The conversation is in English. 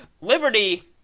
Liberty